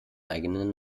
eigenen